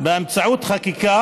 את תעריפי המים, באמצעות חקיקה,